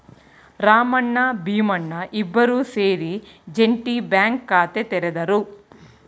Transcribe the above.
ರಾಮಣ್ಣ ಭೀಮಣ್ಣ ಇಬ್ಬರೂ ಸೇರಿ ಜೆಂಟಿ ಬ್ಯಾಂಕ್ ಖಾತೆ ತೆರೆದರು